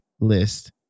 list